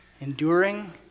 enduring